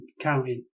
counting